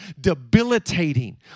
debilitating